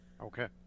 Okay